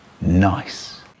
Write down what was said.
Nice